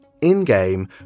in-game